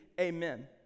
amen